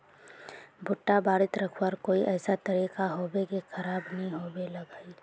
भुट्टा बारित रखवार कोई ऐसा तरीका होबे की खराब नि होबे लगाई?